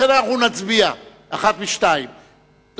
לכן אנחנו נצביע אחת משתיים,